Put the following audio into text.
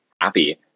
happy